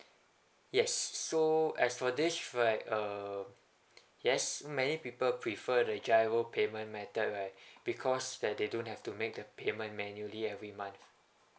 yes so as for this right uh yes many people prefer the giro payment method right because they they don't have to make a payment manually every month